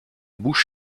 bouche